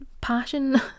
passion